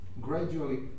gradually